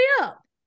up